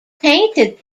painted